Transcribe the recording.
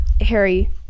Harry